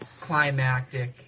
climactic